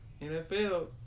NFL